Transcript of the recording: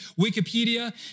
Wikipedia